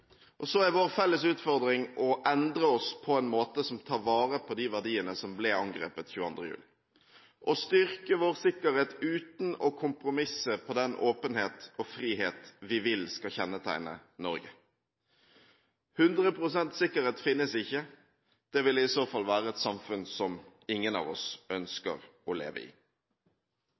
Så er vår felles utfordring å endre oss på en måte som tar vare på de verdiene som ble angrepet 22. juli, og å styrke vår sikkerhet uten å kompromisse på den åpenhet og frihet vi vil skal kjennetegne Norge. En 100 pst. sikkerhet finnes ikke. Det ville i så fall være et samfunn som ingen av oss ønsker å leve i.